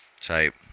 type